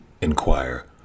inquire